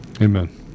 Amen